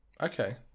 Okay